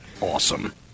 Awesome